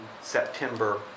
September